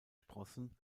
sprossen